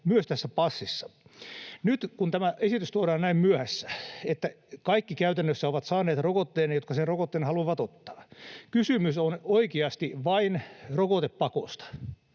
myös tässä passissa. Nyt kun tämä esitys tuodaan näin myöhässä, että käytännössä kaikki, jotka sen rokotteen haluavat ottaa, ovat saaneet rokotteen, kysymys on oikeasti vain rokotepakosta.